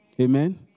Amen